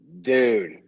Dude